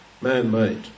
man-made